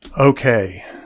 okay